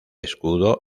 escudo